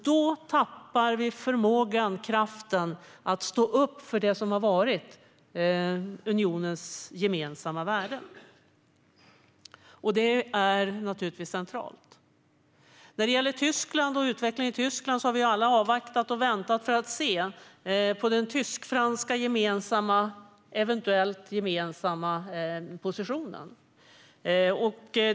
Då tappar vi förmågan och kraften att stå upp för det som har varit unionens gemensamma värden. Det här är naturligtvis centralt. När det gäller Tyskland och utvecklingen där har vi alla avvaktat och väntat på att få se den tysk-franska eventuellt gemensamma positionen.